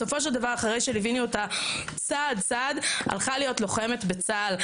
בסופו של דבר אחרי שליווינו אותה צעד צעד הלכה להיות לוחמת בצה"ל.